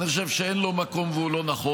אני חושב שאין לו מקום והוא לא נכון.